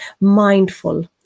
mindful